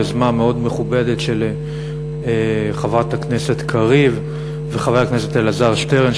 יוזמה מאוד מכובדת של חברת הכנסת קריב וחבר הכנסת אלעזר שטרן,